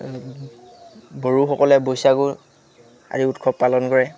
বড়োসকলে বৈচাগু আদি উৎসৱ পালন কৰে